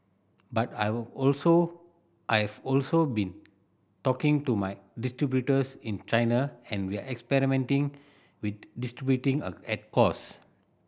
but I've also I've also been talking to my distributors in China and we're experimenting with distributing a at cost